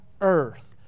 earth